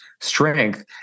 strength